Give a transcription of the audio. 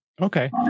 Okay